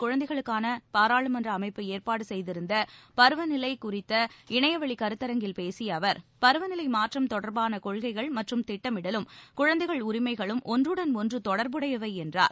குழந்தைகளுக்கான பாராளுமன்ற அமைப்பு ஏற்பாடு செய்திருந்த பருவநிலை குறித்த இணையவழி கருத்தரங்கில் பேசிய அவர் பருவநிலை மாற்றம் தொடர்பான கொள்கைகள் மற்றும் திட்டமிடலும் குழந்தைகள் உரிமைகளும் ஒன்றுடன் ஒன்று தொடர்புடையவை என்றார்